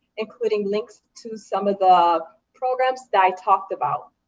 including links to some of the programs that i talked about.